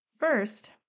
First